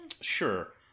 sure